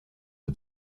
are